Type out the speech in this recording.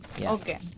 Okay